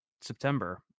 September